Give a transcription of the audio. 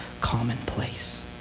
commonplace